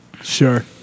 Sure